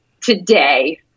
today